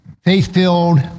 faith-filled